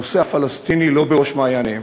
הנושא הפלסטיני לא בראש מעייניהם,